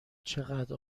چقدر